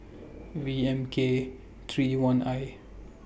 V M K three I one